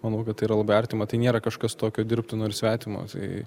manau kad yra labai artima tai nėra kažkas tokio dirbtino ir svetimo tai